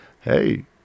hey